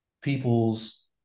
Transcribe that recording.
people's